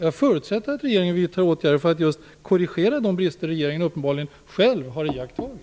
Jag förutsätter att regeringen vidtar åtgärder för att just korrigera de brister regeringen själv uppenbarligen har iakttagit.